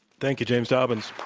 thank you, james dobbins.